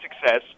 success